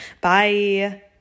Bye